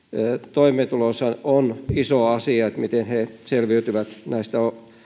toimeentulonsa on iso asia miten he selviytyvät näistä